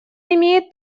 имеет